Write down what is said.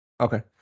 Okay